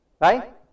Right